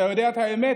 אתה יודע את האמת.